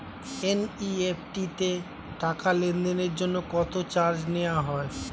NEFT তে টাকা লেনদেনের জন্য কত চার্জ নেয়া হয়?